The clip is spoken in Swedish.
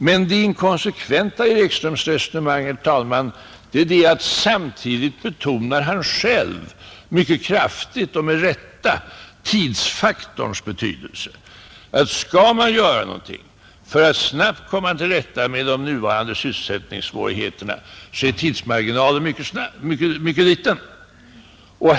Men det inkonsekventa i herr Ekströms resonemang är, att samtidigt betonade han själv mycket kraftigt — och med rätta — tidsfaktorns stora betydelse. Om man skall göra någonting för att snabbt komma till rätta med de nuvarande sysselsättningssvårigheterna, så är tiden mycket knapp.